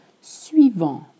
Suivant